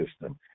system